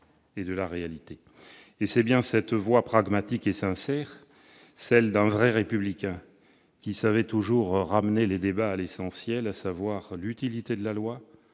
C'est bien cette voix pragmatique et sincère, celle d'un vrai républicain qui savait toujours ramener les débats à l'essentiel, à savoir l'utilité de la loi,